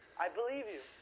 i believe you,